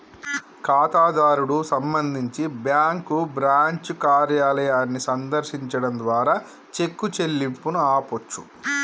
ఖాతాదారుడు సంబంధించి bank branch కార్యాలయాన్ని సందర్శించడం ద్వారా చెక్ చెల్లింపును ఆపొచ్చు